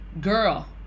girl